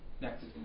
Next